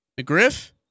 McGriff